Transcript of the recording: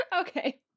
okay